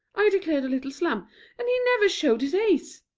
i declared a little slam and he never showed his ace!